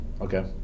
Okay